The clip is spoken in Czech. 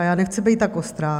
A já nechci být tak ostrá.